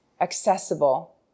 accessible